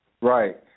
Right